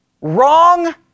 wrong